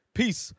peace